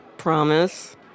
Promise